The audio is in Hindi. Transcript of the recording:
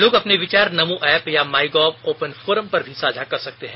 लोग अपने विचार नमो एप या माइगाव ओपन फोरम पर भी साझा कर सकते हैं